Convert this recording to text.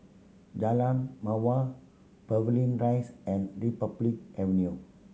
Jalan Mawar Pavilion Rise and Republic Avenue